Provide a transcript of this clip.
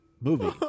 movie